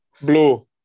Blue